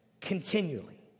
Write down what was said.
continually